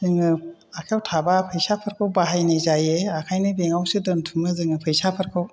जोङो आखाइयाव थाबा फैसाफोरखौ बाहायनाय जायो ओंखायनो बेंकावसो दोनथुमो जोङो फैसाफोरखौ